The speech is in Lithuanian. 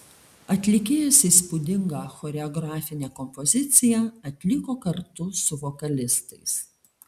atlikėjas įspūdingą choreografinę kompoziciją atliko kartu su vokalistais